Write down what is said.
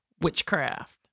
Witchcraft